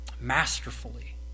masterfully